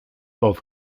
both